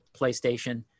PlayStation